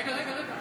רגע, רגע.